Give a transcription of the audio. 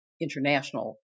international